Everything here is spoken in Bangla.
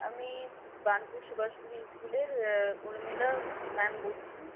আমি বানপুর সুভাষপুর স্কুলের উর্মিলা ম্যাম বলছি